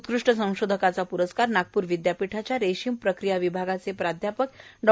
उत्कृष्ट संशोधकाचा प्रस्कार नागपूर विद्यापीठाच्या रेशिम प्रक्रिया विभागाचे प्राध्यापक डॉ